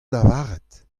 lavaret